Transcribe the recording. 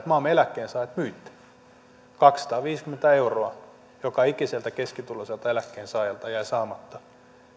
maamme eläkkeensaajat myitte kaksisataaviisikymmentä euroa joka ikiseltä keskituloiselta eläkkeensaajalta jää saamatta